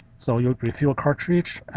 so you refill cartridge,